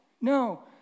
No